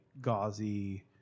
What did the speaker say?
gauzy